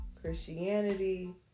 Christianity